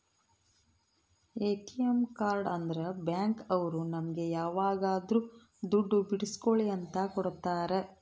ATM card ಅಂದ್ರ bank ಅವ್ರು ನಮ್ಗೆ ಯಾವಾಗದ್ರು ದುಡ್ಡು ಬಿಡ್ಸ್ಕೊಳಿ ಅಂತ ಕೊಡ್ತಾರ